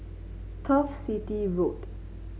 Turf City Road